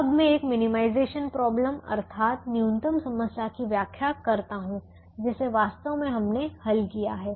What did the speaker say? अब मैं एक मिनिमाइजेशन प्रॉब्लम अर्थात न्यूनतम समस्या की व्याख्या करता हूं जिसे वास्तव में हमने हल किया है